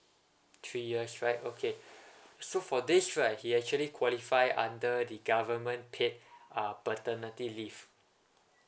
three years right okay so for this right he actually qualify under the government paid uh paternity leave